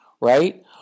right